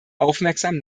aufmerksam